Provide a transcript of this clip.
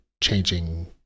changing